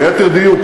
תפסיק להרוס.